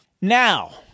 Now